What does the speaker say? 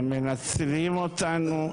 הם מנצלים אותנו.